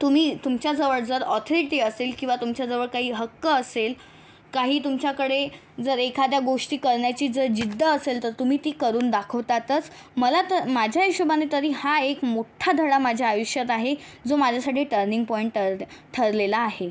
तुम्ही तुमच्याजवळ जर ऑथरिटी असेल किंवा तुमच्याजवळ काही हक्क असेल काही तुमच्याकडे जर एखाद्या गोष्टी करण्याची जर जिद्द असेल तर तुम्ही ती करून दाखवतातच मला तर माझ्या हिशोबाने तरी हा एक मोठा धडा माझ्या आयुष्यात आहे जो माझ्यासाठी टर्निंग पॉईंट टर ठरलेला आहे